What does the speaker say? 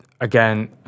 again